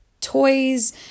toys